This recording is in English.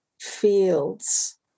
fields